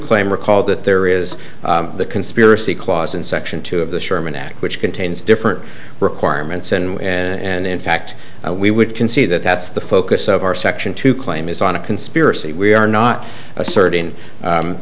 claim recall that there is a conspiracy clause in section two of the sherman act which contains different requirements and and in fact we would concede that that's the focus of our section two claim is on a conspiracy we are not asserting